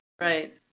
right